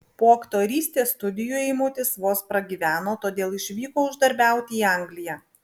po aktorystės studijų eimutis vos pragyveno todėl išvyko uždarbiauti į angliją